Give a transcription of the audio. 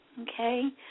Okay